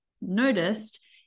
noticed